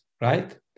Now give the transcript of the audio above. right